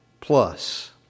plus